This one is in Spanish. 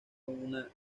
una